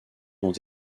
ont